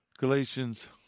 Galatians